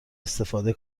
استفاده